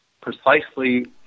precisely